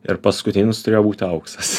ir paskutinis turėjo būti auksas